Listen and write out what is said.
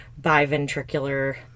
biventricular